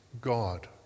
God